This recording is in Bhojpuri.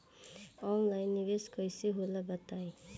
ऑनलाइन निवेस कइसे होला बताईं?